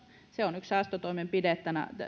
se on yksi säästötoimenpide